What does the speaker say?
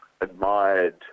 admired